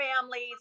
families